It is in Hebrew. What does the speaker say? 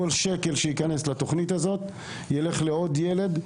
כל שקל שיכנס לתוכנית הזאת ילך לעוד ילד,